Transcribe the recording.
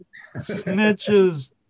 snitches